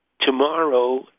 tomorrow